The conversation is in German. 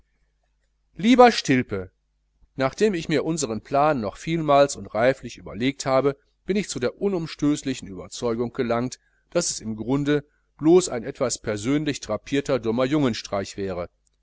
lieber stilpe nachdem ich mir unsern plan noch vielmals und reiflich überlegt habe bin ich zu der unumstößlichen überzeugung gelangt daß es im grunde blos ein etwas persönlich drapierter dummerjungenstreich wäre